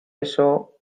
eso